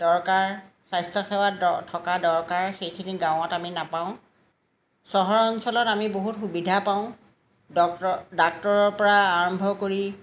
দৰকাৰ স্বাস্থ্যসেৱাত দ থকা দৰকাৰ সেইখিনি গাঁৱত আমি নাপাওঁ চহৰ অঞ্চলত আমি বহুত সুবিধা পাওঁ ডক্ত ডাক্তৰৰ পৰা আৰম্ভ কৰি